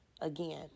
Again